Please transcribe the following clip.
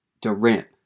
Durant